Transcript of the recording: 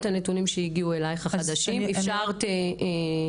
הנתונים החדשים שהגיעו אליך אפשרת את ביצוע הניתוח.